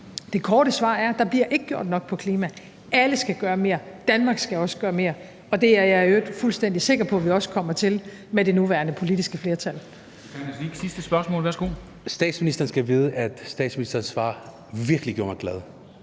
det korte svar er, at der ikke bliver gjort nok på klimaområdet. Alle skal gøre mere, Danmark skal også gøre mere, og det er jeg i øvrigt fuldstændig sikker på at vi også kommer til med det nuværende politiske flertal. Kl. 14:28 Formanden (Henrik Dam Kristensen): Sikandar Siddique